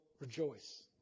rejoice